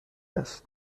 است